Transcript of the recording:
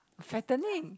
fattening